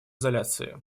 изоляции